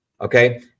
Okay